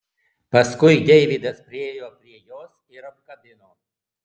paskui deividas priėjo prie jos ir apkabino